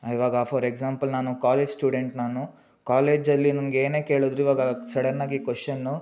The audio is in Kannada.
ಇವಾಗ ಫಾರ್ ಎಕ್ಸಾಂಪಲ್ ನಾನು ಕಾಲೇಜ್ ಸ್ಟೂಡೆಂಟ್ ನಾನು ಕಾಲೇಜಲ್ಲಿ ನನ್ಗೆ ಏನೇ ಕೇಳಿದ್ರೂ ಇವಾಗ ಸಡನ್ನಾಗಿ ಕ್ವೆಶ್ಶನ್ನು